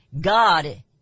God